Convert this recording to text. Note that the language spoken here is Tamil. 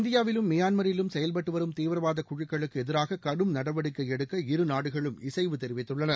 இந்தியாவிலும் மியான்மரிலும் செயல்பட்டு வரும் தீவிரவாத குழுக்களுக்கு எதிராக கடும் நடவடிக்கை எடுக்க இருநாடுகளும் இசைவு தெரிவித்துள்ளன